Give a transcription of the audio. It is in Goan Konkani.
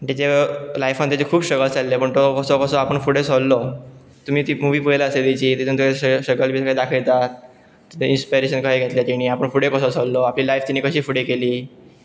तेजे लायफान तेजे खूब स्ट्रगल्स आसले पूण तो कसो कसो आपण फुडें सरलो तुमी ती मुवी पळयला आसले तेजी तेतून स्ट्रगल्स बीनय दाखयतात तेजें इंस्पिरेशन कशें घेतलें तेणी आपण फुडें कसो सरलो आपली लायफ तिणी कशी फुडें केली